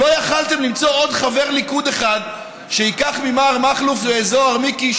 לא יכולתם למצוא עוד חבר ליכוד אחד שייקח ממר מכלוף זוהר מיקי,